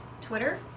Twitter